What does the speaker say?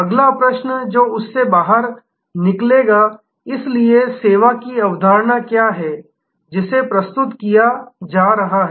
अगला प्रश्न जो उस से बाहर निकलेगा इसलिए सेवा की अवधारणा क्या है जिसे प्रस्तुत किया जा रहा है